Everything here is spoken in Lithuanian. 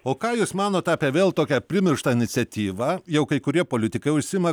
o ką jūs manot apie vėl tokią primirštą iniciatyvą jau kai kurie politikai užsiima